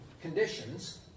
conditions